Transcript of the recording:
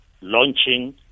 launching